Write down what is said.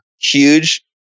huge